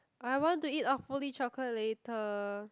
I want to eat awfully-chocolate later